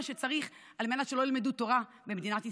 שצריך על מנת שלא ילמד תורה במדינת ישראל.